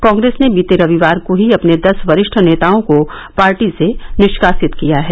कांग्रेस ने बीते रविवार को ही अपने दस वरिष्ठ नेताओं को पार्टी से निष्कासित किया है